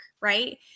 right